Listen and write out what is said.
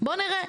בוא נראה,